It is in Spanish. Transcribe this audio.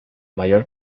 mayor